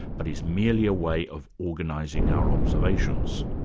but is merely a way of organising our observations.